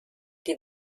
die